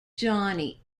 johnny